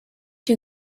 die